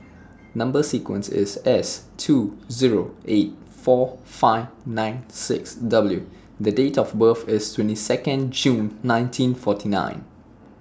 Number sequence IS S two Zero eight four five nine six W The Date of birth IS twenty Second June nineteen forty nine